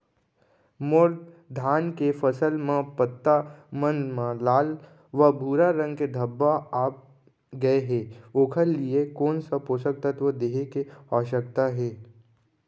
मोर धान के फसल म पत्ता मन म लाल व भूरा रंग के धब्बा आप गए हे ओखर लिए कोन स पोसक तत्व देहे के आवश्यकता हे?